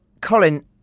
Colin